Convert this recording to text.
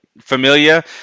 Familia